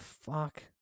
fuck